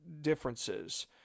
differences